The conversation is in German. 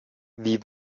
wie